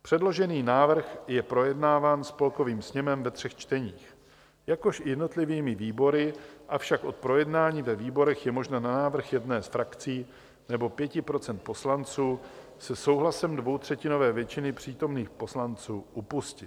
Předložený návrh je projednáván Spolkovým sněmem ve třech čteních, jakož i jednotlivými výbory, avšak od projednání ve výborech je možno na návrh jedné z frakcí nebo 5 % poslanců se souhlasem dvoutřetinové většiny přítomných poslanců upustit.